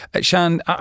Shan